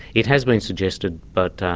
it has been suggested, but,